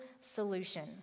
solution